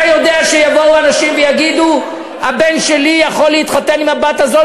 אתה יודע שיבואו אנשים ויגידו: הבן שלי יכול להתחתן עם הבת הזאת